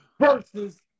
versus